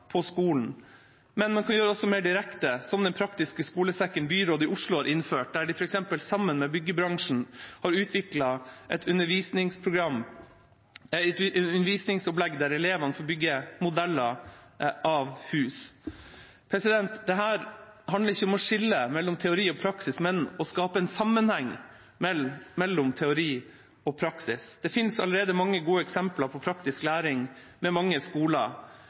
på skolen, men man kan også gjøre det mer direkte, slik som med Den praktiske skolesekken byrådet i Oslo har innført, der de sammen med byggebransjen har utviklet et undervisningsopplegg der elevene får bygge modeller av hus. Dette handler ikke om å skille mellom teori og praksis, men om å skape en sammenheng mellom teori og praksis. Det fins allerede mange gode eksempler på praktisk læring ved mange skoler,